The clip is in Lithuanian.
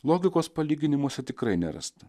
logikos palyginimuose tikrai nerasta